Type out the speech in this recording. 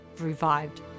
revived